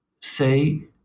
say